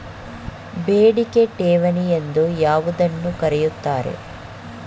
ಬೇಡಿಕೆ ಠೇವಣಿ ಎಂದು ಯಾವುದನ್ನು ಕರೆಯುತ್ತಾರೆ?